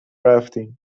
رفتیم